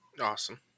Awesome